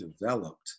developed